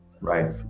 Right